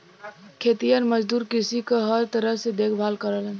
खेतिहर मजदूर कृषि क हर तरह से देखभाल करलन